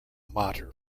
mater